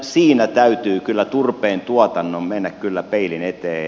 siinä täytyy kyllä turpeentuotannon mennä peilin eteen